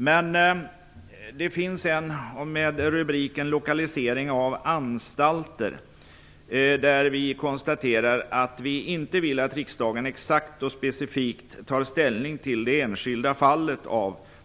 Men det finns en reservation med rubriken Lokalisering av anstalter, där vi konstaterar att vi inte vill att riksdagen exakt och specifikt tar ställning till enskilda